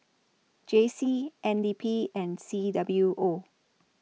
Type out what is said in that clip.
J C N D P and C W O